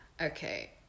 okay